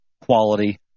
quality